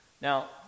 Now